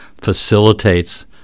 facilitates